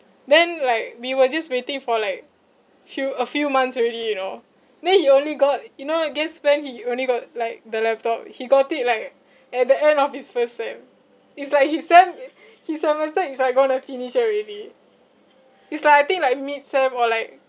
then like we were just waiting for like few a few months already you know then he only got you know at the end of his sem he only got like the laptop he got it like at the end of his first sem is like his sem i~ his semester is like going to finish already is like I think like mid sem or like